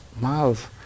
Miles